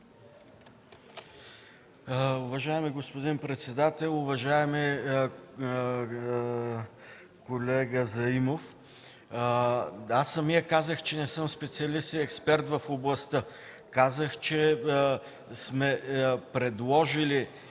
Уважаеми господин председател! Уважаеми колега Захариев, аз самият казах, че не съм специалист и експерт в областта. Казах, че сме предложили